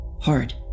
hard